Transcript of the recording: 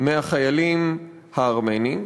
מהחיילים הארמנים